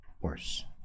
worse